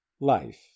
Life